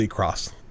cross